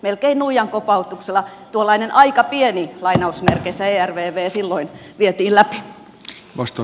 melkein nuijan kopautuksella tuollainen aika pieni lainausmerkeissä ervv silloin vietiin läpi